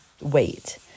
wait